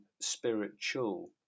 spiritual